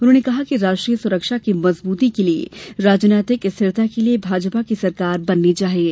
उन्होंने कहा कि राष्ट्रीय सुरक्षा की मजबूती के लिये राजनीतिक स्थिरता के लिये भाजपा की सरकार बननी चाहिये